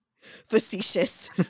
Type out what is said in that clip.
facetious